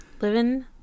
Living